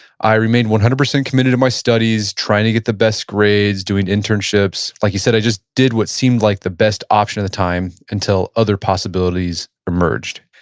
i remained one hundred percent committed to my studies, trying to get the best grades, doing internships. like you said, i just did what seemed like the best option at the time until other possibilities emerged.